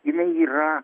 jinai yra